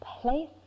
place